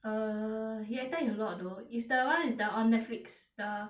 err he acted in a lot though is the one is the on Netflix the